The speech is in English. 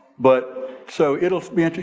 but so it'll spin.